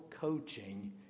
coaching